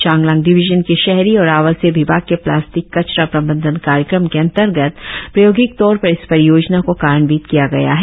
Changlang division के शहरी और आवासीय विभाग के प्लास्टिक कचरा प्रबंधन कार्यक्रम के अंतर्गत प्रायोगिक तौर पर इस परियोजना को कार्यान्वित किया गया है